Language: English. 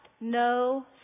no